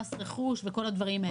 מס רכוש וכל הדברים האלה.